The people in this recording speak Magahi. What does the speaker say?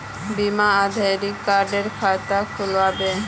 बिना आधार कार्डेर खाता खुल बे?